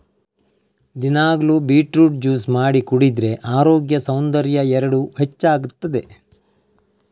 ದಿನಾಗ್ಲೂ beetroot juice ಮಾಡಿ ಕುಡಿದ್ರೆ ಅರೋಗ್ಯ ಸೌಂದರ್ಯ ಎರಡೂ ಹೆಚ್ಚಾಗ್ತದೆ